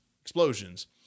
explosions